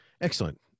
Excellent